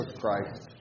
Christ